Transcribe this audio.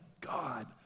God